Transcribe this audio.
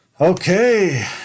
Okay